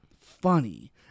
funny